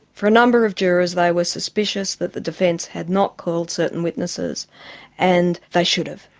for a number of jurors they were suspicious that the defence had not called certain witnesses and they should have.